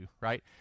right